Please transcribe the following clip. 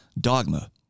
Dogma